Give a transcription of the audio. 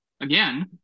Again